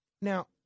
Now